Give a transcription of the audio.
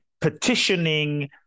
petitioning